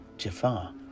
Jafar